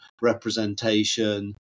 representation